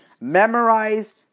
memorize